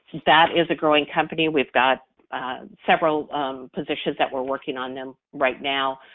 that is a growing company. we've got several positions that were working on them right now,